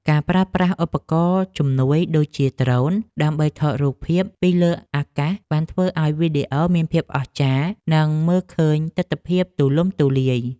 ការប្រើប្រាស់ឧបករណ៍ជំនួយដូចជាដ្រូន ដើម្បីថតរូបភាពពីលើអាកាសបានធ្វើឱ្យវីដេអូមានភាពអស្ចារ្យ និងមើលឃើញទិដ្ឋភាពទូលំទូលាយ។